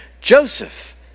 Joseph